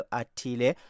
atile